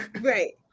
Right